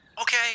Okay